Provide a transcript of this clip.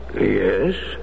Yes